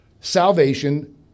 salvation